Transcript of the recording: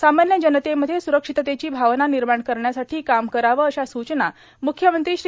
सामान्य जनतेमध्ये सुरक्षिततेची भावना निर्माण करण्यासाठी काम करावे अशा सूचना मुख्यमंत्री श्री